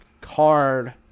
card